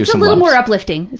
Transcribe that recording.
um little more uplifting.